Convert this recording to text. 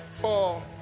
fall